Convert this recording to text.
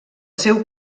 seu